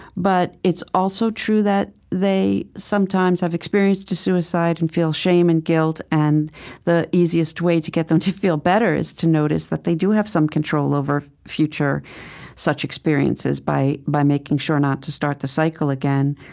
but it's also true that they sometimes have experienced a suicide and feel shame and guilt, and the easiest way to get them to feel better is to notice that they do have some control over future such experiences by by making sure not to start the cycle again.